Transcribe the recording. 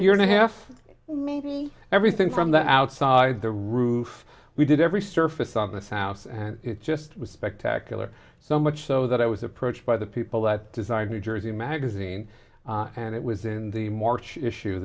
year and a half maybe everything from the outside the roof we did every surface on this house and it just was spectacular so much so that i was approached by the people that design new jersey magazine and it was in the march issue